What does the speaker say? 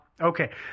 Okay